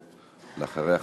ואחריה,